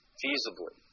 feasibly